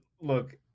Look